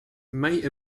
may